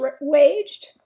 waged